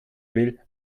will